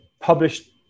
published